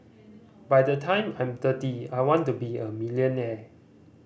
by the time I'm thirty I want to be a millionaire